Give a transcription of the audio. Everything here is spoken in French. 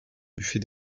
buffet